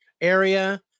area